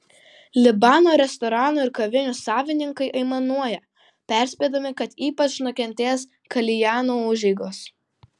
libano restoranų ir kavinių savininkai aimanuoja perspėdami kad ypač nukentės kaljanų užeigos